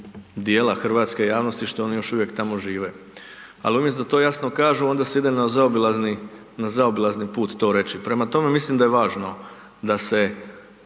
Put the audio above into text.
dijela hrvatske javnosti što oni još uvijek tamo žive. Ali umjesto da to jasno kažu onda se ide na zaobilazni, na zaobilazni put to reći. Prema tome, mislim da je važno da se